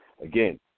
again